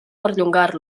perllongar